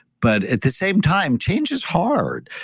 but at the same time, change is hard.